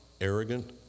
arrogant